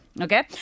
Okay